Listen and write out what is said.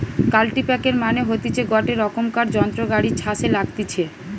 কাল্টিপ্যাকের মানে হতিছে গটে রোকমকার যন্ত্র গাড়ি ছাসে লাগতিছে